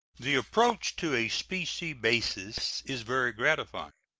the approach to a specie basis is very gratifying,